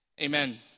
amen